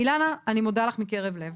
אילנה, אני מודה לך מקרב לך.